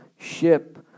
ship